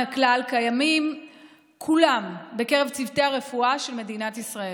הכלל קיימים כולם בקרב צוותי הרפואה של מדינת ישראל,